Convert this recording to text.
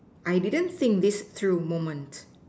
I didn't think this true moment